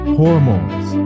hormones